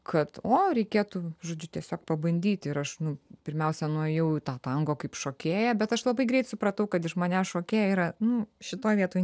kad o reikėtų žodžiu tiesiog pabandyti ir aš nu pirmiausia nuėjau į tą tango kaip šokėja bet aš labai greit supratau kad iš manęs šokėja yra nu šitoj vietoj